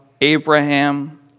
Abraham